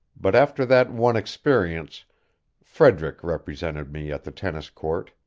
but after that one experience frederick represented me at the tennis-court,